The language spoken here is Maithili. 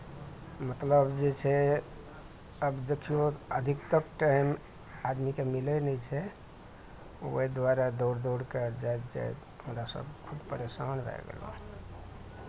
मतलब जे छै आब देखियौ अधिकतर टाइम आदमीकेँ मिलै नहि छै ओहि दुआरे दौड़ि दौड़ि कऽ जाइत जाइत हमरासभ खूब परेशान भए गेलहुँ